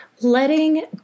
letting